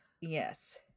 Yes